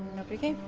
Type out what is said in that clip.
nobody came.